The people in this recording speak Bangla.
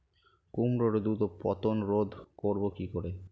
কুমড়োর দ্রুত পতন রোধ করব কি করে?